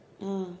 ah